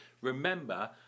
remember